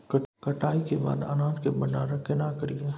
कटाई के बाद अनाज के भंडारण केना करियै?